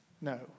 No